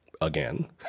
again